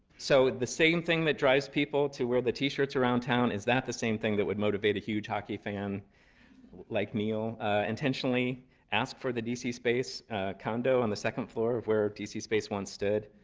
so the same thing that drives people to wear the t-shirts around town, is that the same thing that would motivate a huge hockey fan like neil intentionally ask for the d c. space condo on the second floor of where d c. space once stood,